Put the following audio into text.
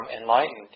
enlightened